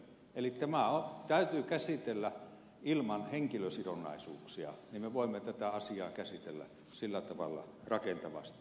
eli tämä täytyy käsitellä ilman henkilösidonnaisuuksia jolloin me voimme tätä asiaa käsitellä sillä tavalla rakentavasti ja vapaasti